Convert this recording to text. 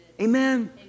Amen